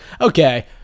Okay